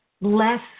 less